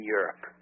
Europe